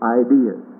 ideas